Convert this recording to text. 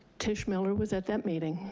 tish miller was at that meeting.